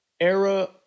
era